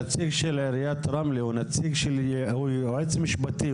הנציג של עיריית רמלה הוא יועץ משפטי,